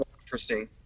interesting